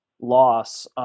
loss –